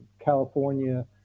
California